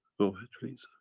go ahead please.